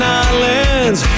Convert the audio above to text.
islands